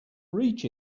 reach